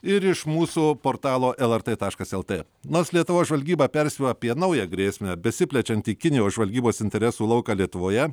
ir iš mūsų portalo lrt taškas lt nors lietuvos žvalgyba perspėjo apie naują grėsmę besiplečianti kinijos žvalgybos interesų lauką lietuvoje